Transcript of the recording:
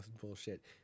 bullshit